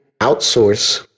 outsource